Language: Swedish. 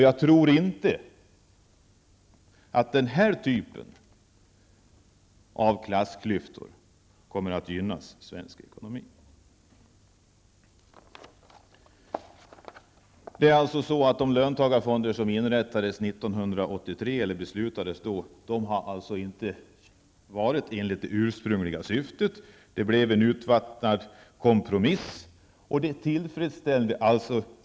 Jag tror inte att den här typen av klassklyftor kommer att gynna svensk ekonomi. 1983 blev inte vad man ursprungligen hade syftat till. Det blev en urvattnad kompromiss som inte tillfredsställde någon.